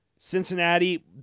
Cincinnati